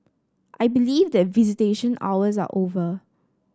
I believe that visitation hours are over